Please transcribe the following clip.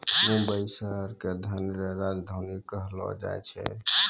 मुंबई शहर के धन रो राजधानी कहलो जाय छै